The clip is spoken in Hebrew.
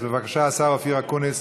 אז בבקשה, השר אופיר אקוניס.